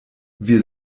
wir